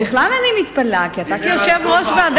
הכול, הכול.